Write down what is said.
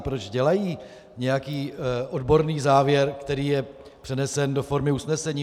Proč dělají nějaký odborný závěr, který je přenesen do formy usnesení?